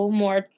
more